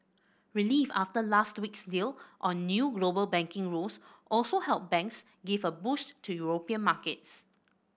relief after last week's deal on new global banking rules also helped banks give a boost to European markets